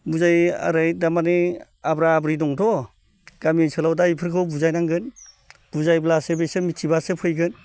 जाय ओरै तारमाने आब्रा आब्रि दंथ' गामि ओनसोलाव दा बिसोरखौ बुजायनांगोन बुजायब्लासो बिसोर मिथिबासो फैगोन